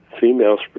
Females